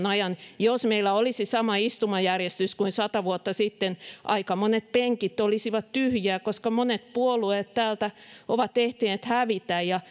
ajan jos meillä olisi sama istumajärjestys kuin sata vuotta sitten aika monet penkit olisivat tyhjiä koska monet puolueet täältä ovat ehtineet hävitä ja